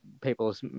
people's